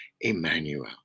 emmanuel